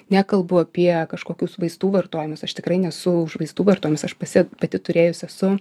nekalbu apie kažkokių vaistų vartojimus aš tikrai nesu už vaistų vartojimus aš pasi pati turėjus esu